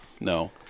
no